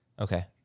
okay